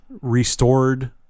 restored